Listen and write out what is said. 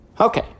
Okay